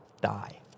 die